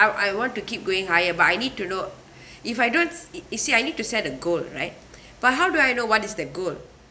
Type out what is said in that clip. I want to keep going higher but I need to know if I don't s~ it is it I need to set a goal right but how do I know what is the goal